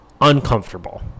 uncomfortable